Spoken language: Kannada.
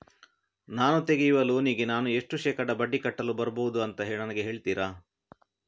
ನಾನು ತೆಗಿಯುವ ಲೋನಿಗೆ ನಾನು ಎಷ್ಟು ಶೇಕಡಾ ಬಡ್ಡಿ ಕಟ್ಟಲು ಬರ್ಬಹುದು ಅಂತ ನನಗೆ ಹೇಳ್ತೀರಾ?